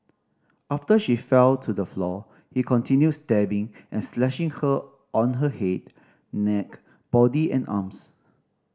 after she fell to the floor he continued stabbing and slashing her on her head neck body and arms